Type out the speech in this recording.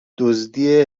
دزدی